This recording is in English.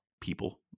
people